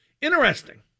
Interesting